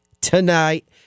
tonight